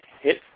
hit